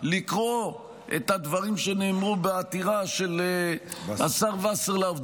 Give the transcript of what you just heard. לקרוא את הדברים שנאמרו בעתירה של השר וסרלאוף,